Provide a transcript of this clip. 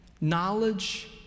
knowledge